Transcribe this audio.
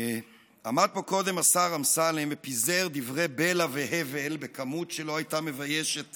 עמד פה קודם השר אמסלם ופיזר דברי בלע והבל בכמות שלא הייתה מביישת